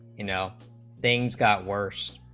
you know things got worse